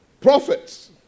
Prophets